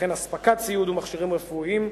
וכן הספקת ציוד ומכשירים רפואיים.